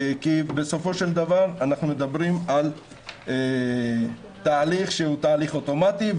כי בסופו של דבר אנחנו מדברים על תהליך שהוא אוטומטי.